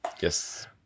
Yes